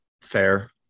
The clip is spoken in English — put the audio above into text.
Fair